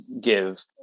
give